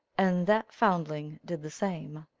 and that foundling did the same.